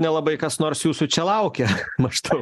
nelabai kas nors jūsų čia laukia maždaug